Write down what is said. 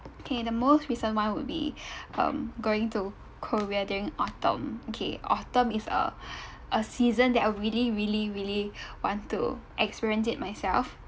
okay the most recent one would be going um to korea during autumn okay autumn is a a season that I really really really want to experience it myself